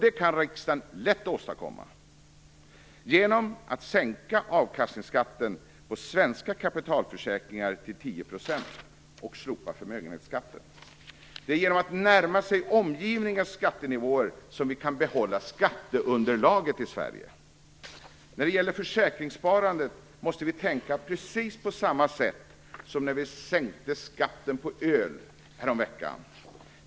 Det kan riksdagen lätt åstadkomma genom att sänka avkastningsskatten på svenska kapitalförsäkringar till Det är genom att vi närmar oss omgivningens skattenivåer som vi kan behålla skatteunderlaget i Sverige. När det gäller försäkringssparandet måste vi tänka på precis samma sätt som vi gjorde när vi sänkte skatten på öl häromveckan.